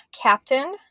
captain